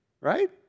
Right